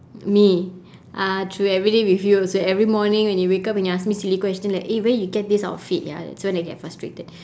me uh through everyday with you also every morning when you wake up and you ask me silly question like eh where you get this outfit ya that's when I get frustrated